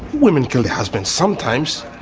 women kill their husbands sometimes.